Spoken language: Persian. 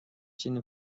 چنین